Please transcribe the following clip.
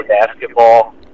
basketball